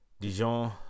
Dijon